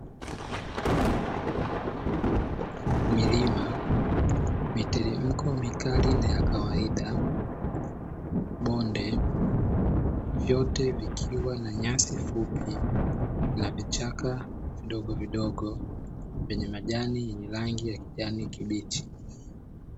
Milima, miteremko mikali na ya kawaida bonde vyote vikiwa na nyasi fupi na vichaka vidogovidogo vyenye majani yenye rangi ya kijani kibichi.